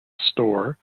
store